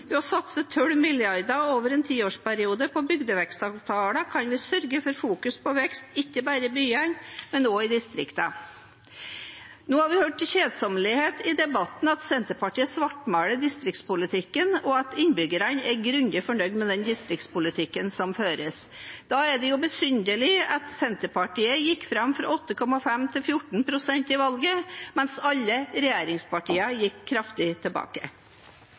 Ved å satse 12 mrd. kr over en tiårsperiode på bygdevekstavtaler kan vi sørge for fokus på vekst – ikke bare i byene, men også i distriktene. Nå har vi hørt til det kjedsommelige i debatten at Senterpartiet svartmaler distriktspolitikken, og at innbyggerne er skikkelig fornøyd med distriktspolitikken som føres. Da er det besynderlig at Senterpartiet gikk fram fra 8,5 til 14 pst. ved valget, mens alle regjeringspartiene gikk kraftig tilbake.